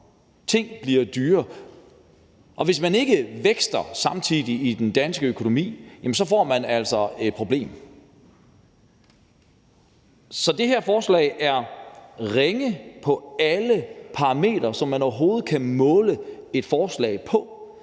ting bliver dyrere, og hvis man ikke vækster i den danske økonomi samtidig, får man altså et problem. Så det her forslag er ringe på alle de parametre, som man overhovedet kan måle et forslag på.